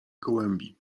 gołębi